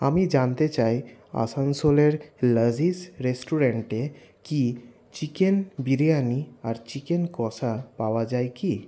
আমি জানতে চাই আসানসোলের লাজীজ রেস্টরেন্টে কি চিকেন বিরিয়ানি আর চিকেন কষা পাওয়া যায় কি